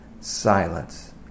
silence